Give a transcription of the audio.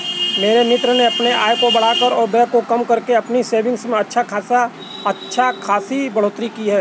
मेरे मित्र ने अपने आय को बढ़ाकर और व्यय को कम करके अपनी सेविंग्स में अच्छा खासी बढ़ोत्तरी की